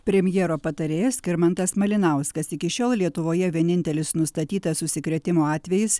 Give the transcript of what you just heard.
premjero patarėjas skirmantas malinauskas iki šiol lietuvoje vienintelis nustatytas užsikrėtimo atvejis